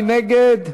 מי נגד?